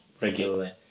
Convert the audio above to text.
regularly